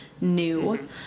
new